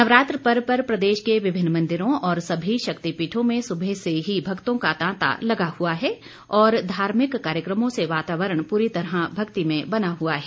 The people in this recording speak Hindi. नवरात्र पर्व पर प्रदेश के विभिन्न मंदिरों और सभी शक्तिपीठों में सुबह से ही भक्तों का तांता लगा हुआ है और धार्मिक कार्यक्रमों से वातावरण पूरी तरह भक्तिमय बना हुआ है